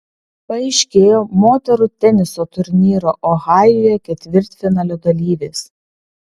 paaiškėjo moterų teniso turnyro ohajuje ketvirtfinalio dalyvės